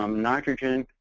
um nitrogen,